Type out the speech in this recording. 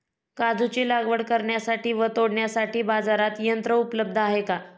काजूची लागवड करण्यासाठी व तोडण्यासाठी बाजारात यंत्र उपलब्ध आहे का?